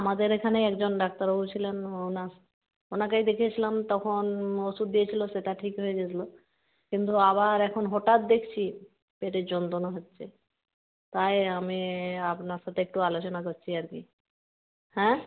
আমাদের এখানেই একজন ডাক্তারবাবু ছিলেন ওনার ওনাকেই দেখিয়েছিলাম তখন ওষুধ দিয়েছিল সেটা ঠিক হয়ে গিয়েছিল কিন্তু আবার এখন হঠাৎ দেখছি পেটের যন্ত্রণা হচ্ছে তাই আমি আপনার সাথে একটু আলোচনা করছি আর কি হ্যাঁ